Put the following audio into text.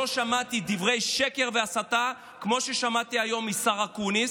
לא שמעתי דברי שקר והסתה כמו ששמעתי היום מהשר אקוניס.